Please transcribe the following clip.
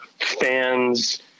fans